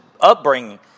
upbringing